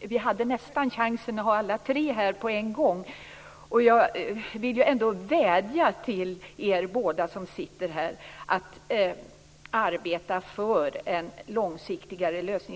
Vi hade nästan chansen att ha alla tre här på en gång. Jag vill vädja till er båda som sitter här att arbeta för en långsiktigare lösning.